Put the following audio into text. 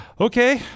Okay